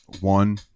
one